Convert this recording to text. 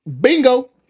Bingo